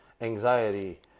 anxiety